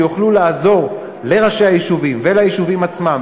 שיוכלו לעזור לראשי היישובים וליישובים עצמם,